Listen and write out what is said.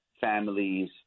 families